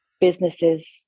businesses